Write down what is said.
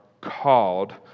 called